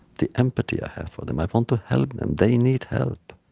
the empathy i have for them. i want to help them. they need help.